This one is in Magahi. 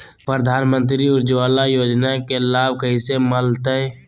प्रधानमंत्री उज्वला योजना के लाभ कैसे मैलतैय?